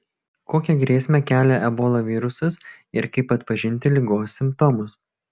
kokią grėsmę kelia ebola virusas ir kaip atpažinti ligos simptomus